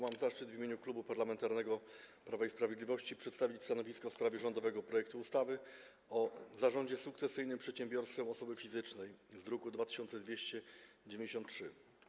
Mam zaszczyt w imieniu Klubu Parlamentarnego Prawo i Sprawiedliwość przedstawić stanowisko w sprawie rządowego projektu ustawy o zarządzie sukcesyjnym przedsiębiorstwem osoby fizycznej z druku nr 2293.